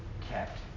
kept